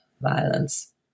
violence